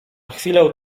chwilę